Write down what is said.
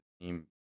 team